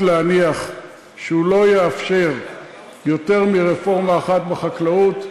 להניח שהוא לא יאפשר יותר מרפורמה אחת בחקלאות.